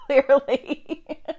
clearly